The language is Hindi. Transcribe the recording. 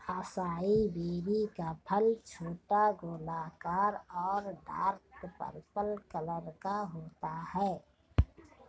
असाई बेरी का फल छोटा, गोलाकार और डार्क पर्पल कलर का होता है